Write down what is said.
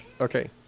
Okay